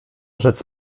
rzec